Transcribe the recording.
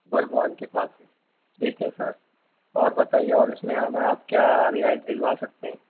ورگوان کے پاس ٹھیک ہے سر اور بتائیے اور اس میں ہمیں آپ کیا رعایت دلوا سکتے ہیں